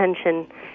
attention